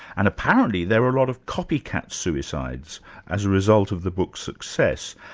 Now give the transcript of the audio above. and apparently there were a lot of copycat suicides as a result of the book's success.